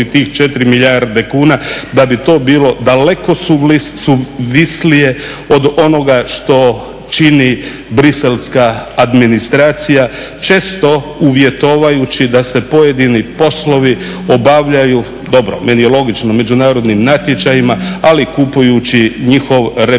da bi to bilo daleko suvislije od onoga što čini briselska administracija često uvjetujući da se pojedini poslovi obavljaju, dobro meni je logično, međunarodnim natječajima, ali kupujući njihov materijal